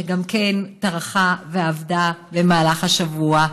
שגם כן טרחה ועבדה במהלך השבוע,